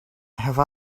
have